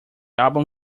album